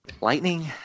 lightning